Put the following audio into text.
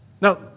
Now